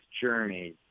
journey